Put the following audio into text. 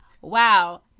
Wow